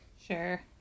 Sure